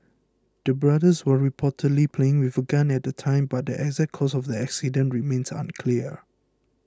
the brothers were reportedly playing with a gun at the time but the exact cause of the accident remains unclear